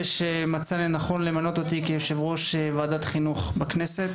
שמצא לנכון למנות אותי ליושב-ראש ועדת החינוך בכנסת.